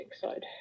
side